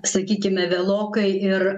sakykime vėlokai ir